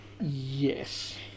Yes